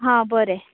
हां बरें